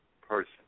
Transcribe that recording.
person